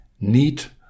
neat